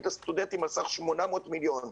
לסטודנטים על-סך 800 מיליון שקלים.